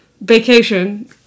vacation